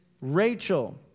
Rachel